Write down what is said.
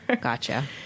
Gotcha